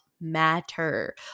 matter